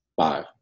Five